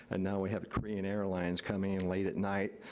and now we have korean airlines coming in late at night,